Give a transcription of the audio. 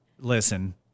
Listen